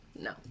No